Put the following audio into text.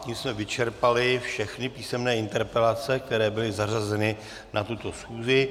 Tím jsme vyčerpali všechny písemné interpelace, které byly zařazeny na tuto schůzi.